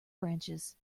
branches